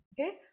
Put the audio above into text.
Okay